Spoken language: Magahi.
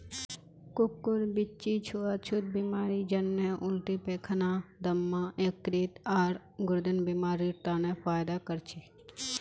कोकोर बीच्ची छुआ छुत बीमारी जन्हे उल्टी पैखाना, दम्मा, यकृत, आर गुर्देर बीमारिड तने फयदा कर छे